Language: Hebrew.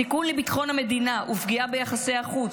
סיכון לביטחון המדינה ופגיעה ביחסי החוץ